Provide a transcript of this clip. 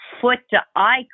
foot-to-eye